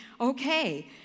okay